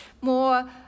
more